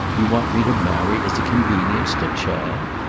you want me to marry as a convenience to chad?